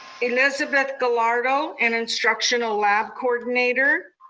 elizabeth gallardo, an instructional lab coordinator.